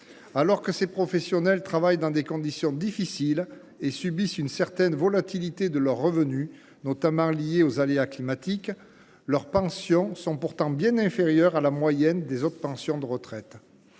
Alors que ces professionnels travaillent dans des conditions difficiles et subissent une certaine volatilité de leurs revenus, notamment liée aux aléas climatiques, leurs pensions sont pourtant bien inférieures à la moyenne des autres pensions de retraite.